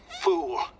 fool